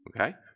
Okay